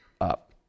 up